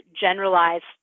generalized